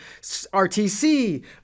rtc